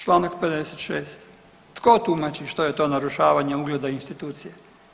Čl. 56. tko tumači što je to narušavanje ugleda institucije?